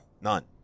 none